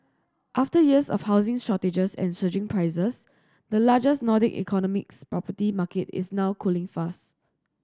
after years of housing shortages and surging prices the largest Nordic economy's property market is now cooling fast